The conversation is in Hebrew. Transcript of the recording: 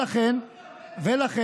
אבל הם